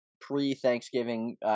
pre-Thanksgiving